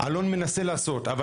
אלון מנסה לעשות מה שהוא יכול,